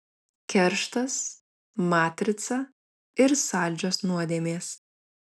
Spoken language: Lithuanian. kerštas matrica ir saldžios nuodėmės